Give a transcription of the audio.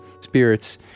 spirits